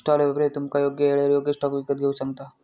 stall व्यापारी तुमका योग्य येळेर योग्य स्टॉक विकत घेऊक सांगता